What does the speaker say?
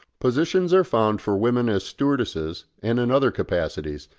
positions are found for women as stewardesses and in other capacities,